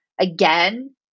again